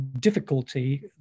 difficulty